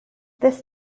this